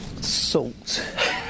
Salt